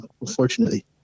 unfortunately